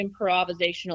improvisational